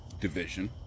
division